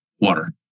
Water